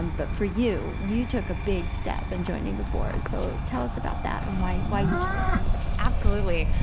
um but for you, you took a big step in joining the board, so tell us about that and why why you chose? suzanne absolutely.